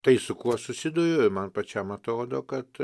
tai su kuo susiduriu man pačiam atrodo kad